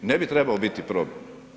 Ne bi trebao biti problem.